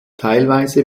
teilweise